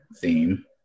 theme